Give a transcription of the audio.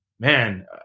man